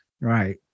right